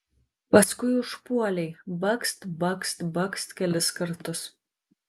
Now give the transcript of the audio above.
paskui užpuolei bakst bakst bakst kelis kartus